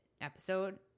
episode